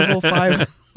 five